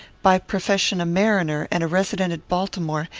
by profession a mariner, and a resident at baltimore,